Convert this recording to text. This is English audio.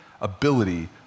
ability